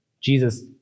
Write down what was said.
Jesus